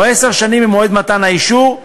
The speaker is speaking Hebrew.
או עשר שנים ממועד מתן האישור,